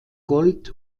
gold